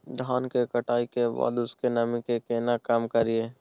धान की कटाई के बाद उसके नमी के केना कम करियै?